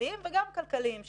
המשפחתיים וגם הכלכליים שלה.